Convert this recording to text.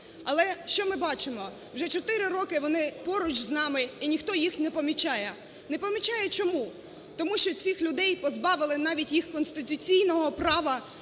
Але, що ми бачимо? Вже чотири роки вони поруч з нами і ніхто їх не помічає. Не помічає чому? Тому що цих людей позбавили навіть їх конституційного права